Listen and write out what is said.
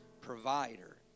provider